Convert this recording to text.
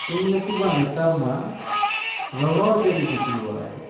ᱤᱧ ᱞᱟᱹᱴᱩᱢᱟ ᱱᱮᱛᱟᱨ ᱢᱟ ᱨᱚᱦᱚᱲ ᱡᱟᱹᱲᱤ ᱫᱤᱯᱤᱞ ᱵᱟᱲᱟᱭᱮᱫ